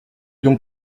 donc